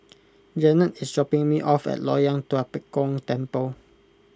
Jennette is dropping me off at Loyang Tua Pek Kong Temple